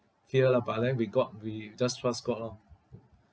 fear lah but then we god we just trust god lor